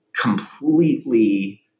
completely